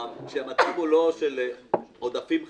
כשהמצב הוא לא של עודפים חריפים,